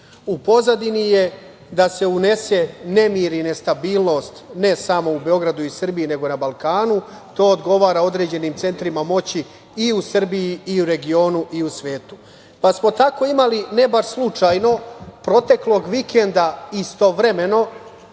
U pozadini je da se unese nemir i nestabilnost, ne samo u Beogradu i Srbiji, nego na Balkanu. To odgovara određenim centrima moći i u Srbiji, i u regionu, i u svetu. Pa, smo tako imali, ne baš slučajno, proteklog vikenda istovremeno,